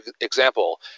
example